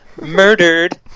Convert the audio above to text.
murdered